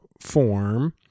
form